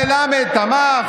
אל תשקר.